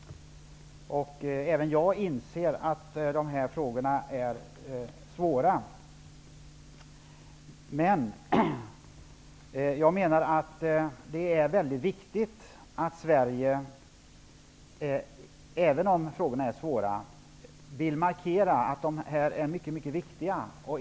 Även jag inser att de här frågorna är svåra. Jag menar att det trots det är mycket viktigt att Sverige vill markera att frågorna är oerhört viktiga.